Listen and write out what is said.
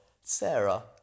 Sarah